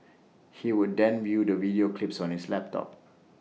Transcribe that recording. he would then view the video clips on his laptop